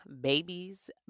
babies